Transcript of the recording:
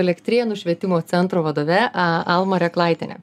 elektrėnų švietimo centro vadove a alma reklaitiene